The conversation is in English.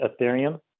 Ethereum